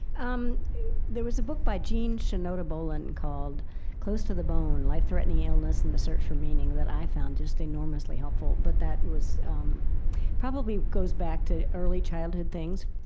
um there was a book by jean shinoda bolen called close to the bone life threatening illness and the search for meaning that i found just enormously helpful. but that was um probably goes back to early childhood things.